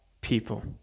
people